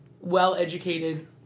well-educated